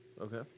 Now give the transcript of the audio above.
Okay